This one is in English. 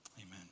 Amen